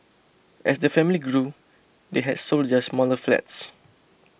as the family grew they had sold their smaller flats